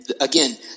again